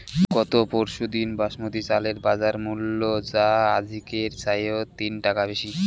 গত পরশুদিন বাসমতি চালের বাজারমূল্য যা আজিকের চাইয়ত তিন টাকা বেশি